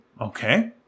Okay